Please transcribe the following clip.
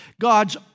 God's